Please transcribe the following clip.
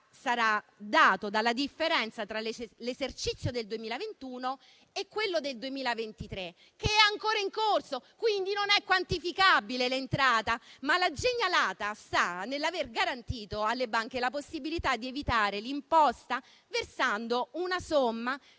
sarà dato dalla differenza tra l'esercizio del 2021 e quello del 2023, che è ancora in corso, quindi l'entrata non è quantificabile. La genialata sta però nell'aver garantito alle banche la possibilità di evitare l'imposta, versando una somma